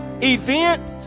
event